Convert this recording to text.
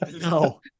no